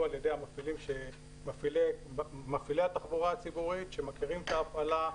על ידי המפעילים שהם מפעילי התחבורה הציבורית שמכירים את ההפעלה,